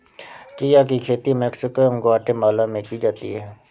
chia की खेती Mexico एवं ग्वाटेमाला में की जाती है